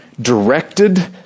directed